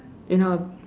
in her